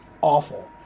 awful